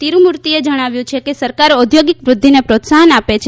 તિરૂમૂર્તિએ જણાવ્યું છેકે સરકાર ઔદ્યોગિક વૃદ્વિને પ્રોત્સાહન આપે છે